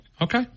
Okay